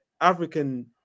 African